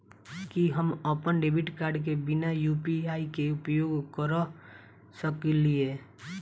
की हम अप्पन debit card केँ बिना यु.पी.आई केँ उपयोग करऽ सकलिये?